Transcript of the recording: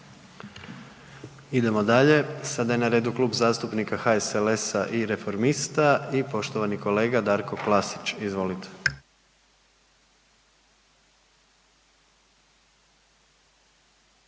Idemo dalje, sada je na redu Klub zastupnika HSLS-a i Reformista i poštovani kolega Darko Klasić. Izvolite.